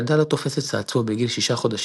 כשילדה לא תופסת צעצוע בגיל 6 חודשים,